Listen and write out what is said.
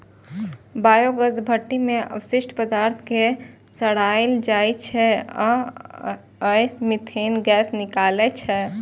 biogas भट्ठी मे अवशिष्ट पदार्थ कें सड़ाएल जाइ छै आ अय सं मीथेन गैस निकलै छै